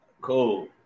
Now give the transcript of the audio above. cool